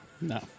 No